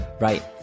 right